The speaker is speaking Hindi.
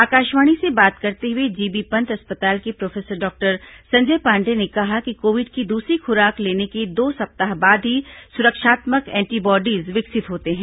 आकाशवाणी से बात करते हुए जीबी पंत अस्पताल के प्रोफेसर डॉक्टर संजय पांडे ने कहा कि कोविड की दूसरी खुराक लेने के दो सप्ताह बाद ही सुरक्षात्मक एंटीबॉडीज विकसित होते हैं